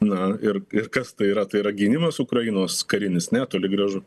na ir ir kas tai yra tai yra gynimas ukrainos karinis ne toli gražu